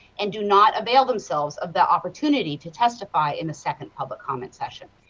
and do not avail themselves of the opportunity to testify in the second public comment session.